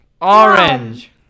Orange